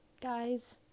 guys